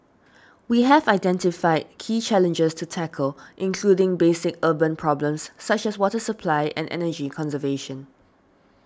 we have identified key challenges to tackle including basic urban problems such as water supply and energy conservation